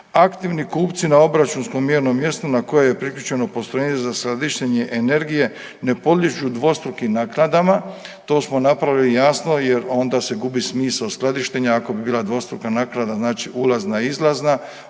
aktivni kupci na obračunskom mjernom mjestu na koje je priključeno postrojenje za skladištenje energije ne podliježu dvostrukim naknadama, to smo napravili, jasno jer onda se gubi smisao skladištenja ako bi bila dvostruka naknada, znači ulazna, izlazna,